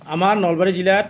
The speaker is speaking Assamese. আমাৰ নলবাৰী জিলাত